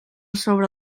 sobre